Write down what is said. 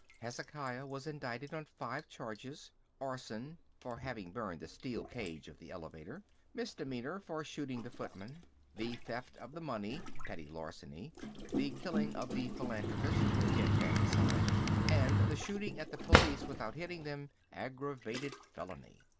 hezekiah was indicted on five charges arson, for having burned the steel cage of the elevator misdemeanour, for shooting the footman the theft of the money, petty larceny the killing of the philanthropist, infanticide and the shooting at the police without hitting them, aggravated felony.